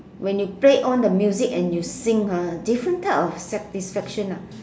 when you play on the music and you sing ah different type of satisfaction ah